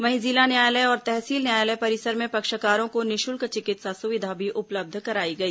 वहीं जिला न्यायालय और तहसील न्यायालय परिसर में पक्षकारों को निःपुल्क चिकित्सा सुविधा भी उपलब्ध कराई गई